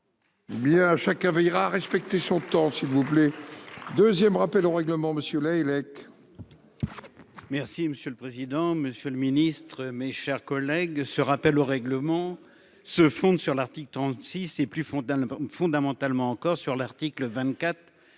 Bien chacun veillera à respecter son temps s'il vous plaît 2ème rappels au règlement. Monsieur là. Merci monsieur le président, Monsieur le Ministre, mes chers collègues. Ce rappel au règlement, se fonde sur l'article 36 et plus fondant fondamentalement encore sur l'article 24.